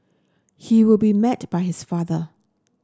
he will be met by his father